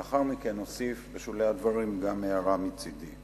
לאחר מכן אוסיף בשולי הדברים גם הערה מצדי.